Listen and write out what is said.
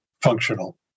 functional